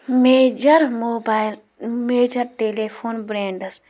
major mobile major telephone brands